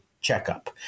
Checkup